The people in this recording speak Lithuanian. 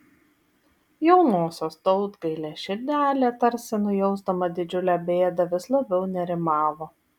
jaunosios tautgailės širdelė tarsi nujausdama didžiulę bėdą vis labiau nerimavo